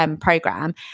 Program